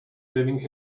living